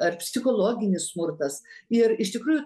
ar psichologinis smurtas ir iš tikrųjų